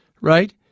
right